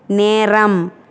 நேரம்